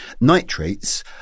Nitrates